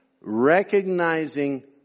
Recognizing